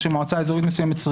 שמועצה אזורית מסוימת,